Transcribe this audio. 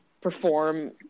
perform –